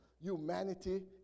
humanity